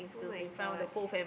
[oh]-my-god